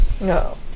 No